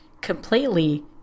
completely